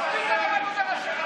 הלך להשפיל את הרבנות הראשית.